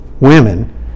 women